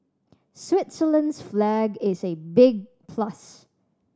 Switzerland's flag is a big plus